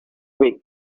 week